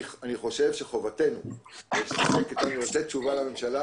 אני חושב שחובתנו לתת תשובה לממשלה